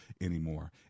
anymore